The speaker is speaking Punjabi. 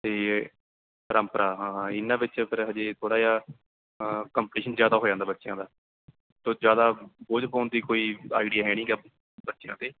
ਅਤੇ ਪਰੰਪਰਾ ਹਾਂ ਹਾਂ ਇਹਨਾਂ ਵਿੱਚ ਫਿਰ ਅਜੇ ਥੋੜ੍ਹਾ ਜਿਹਾ ਆਹ ਕੰਪਟੀਸ਼ਨ ਜ਼ਿਆਦਾ ਹੋ ਜਾਂਦਾ ਬੱਚਿਆਂ ਦਾ ਤੋ ਜਿਆਦਾ ਬੋਝ ਪਾਉਣ ਦੀ ਕੋਈ ਆਈਡੀਆ ਹੈ ਨਹੀਂ ਗਾ ਬੱਚਿਆਂ 'ਤੇ